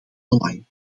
belang